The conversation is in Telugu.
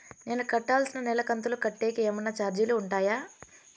నేను కట్టాల్సిన నెల కంతులు కట్టేకి ఏమన్నా చార్జీలు ఉంటాయా?